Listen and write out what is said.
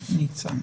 והלוואי והבית הזה,